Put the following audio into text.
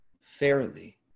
fairly